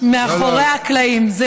מאחורי הקלעים.